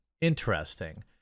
interesting